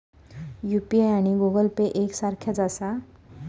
UPI आणि Google Pay एक सारख्याच आसा?